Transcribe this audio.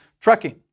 trucking